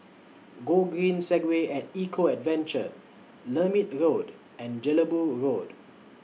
Gogreen Segway At Eco Adventure Lermit Road and Jelebu Road